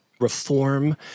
reform